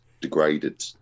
degraded